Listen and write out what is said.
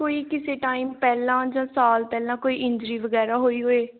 ਕੋਈ ਕਿਸੇ ਟਾਈਮ ਪਹਿਲਾਂ ਜਾਂ ਸਾਲ ਪਹਿਲਾਂ ਕੋਈ ਇੰਜਰੀ ਵਗੈਰਾ ਹੋਈ ਹੋਏ